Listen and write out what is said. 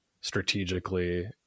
strategically